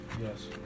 Yes